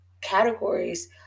categories